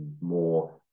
more